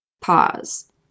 pause